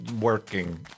working